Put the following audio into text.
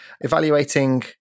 evaluating